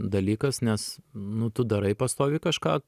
dalykas nes nu tu darai pastoviai kažką